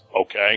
okay